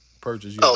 purchase